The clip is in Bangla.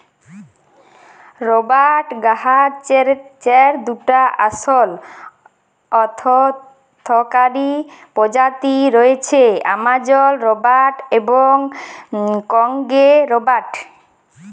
রবাট গাহাচের দুটা আসল অথ্থকারি পজাতি রঁয়েছে, আমাজল রবাট এবং কংগো রবাট